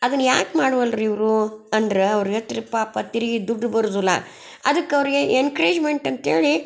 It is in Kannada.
ಅದನ್ನು ಯಾಕೆ ಮಾಡ್ವಲ್ಲರು ಇವರು ಅಂದ್ರೆ ಅವರಿಗೆ ತಿರು ಪಾಪ ತಿರಿಗಿ ದುಡ್ಡು ಬರೋದಿಲ್ಲ ಅದಕ್ಕೆ ಅವ್ರಿಗೆ ಎನ್ಕ್ರೇಜ್ಮೆಂಟ್ ಅಂತ್ಹೇಳಿ